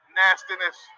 nastiness